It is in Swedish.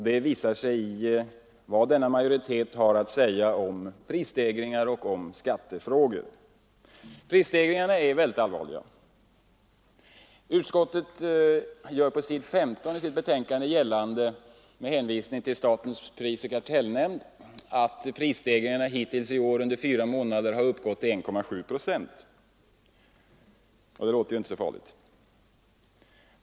Det visar sig i vad majoriteten har att säga om prisstegringar och skattefrågor. Prisstegringarna är mycket allvarliga. På s. IS i betänkandet gör utskottet med hänvisning till statens prisoch kartellnämnd gällande att prisstegringarna under de första fyra månaderna i år uppgått till 1,7 procent. Det låter ju inte så farligt.